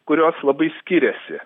kurios labai skiriasi